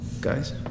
Guys